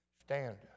stand